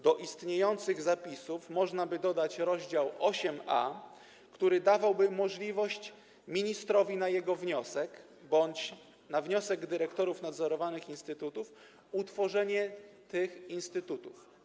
Do istniejących zapisów można by dodać rozdział 8a, który dawałby możliwość ministrowi, na jego wniosek bądź na wniosek dyrektorów nadzorowanych instytutów, utworzenia tych instytutów.